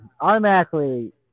automatically